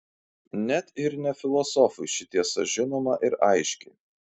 net ir ne filosofui ši tiesa žinoma ir aiški